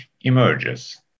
emerges